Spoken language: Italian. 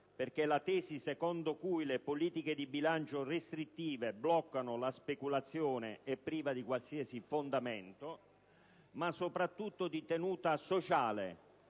perché la tesi secondo cui le politiche di bilancio restrittive bloccano la speculazione è priva di qualsiasi fondamento, ma soprattutto di tenuta sociale,